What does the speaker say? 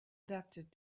adapted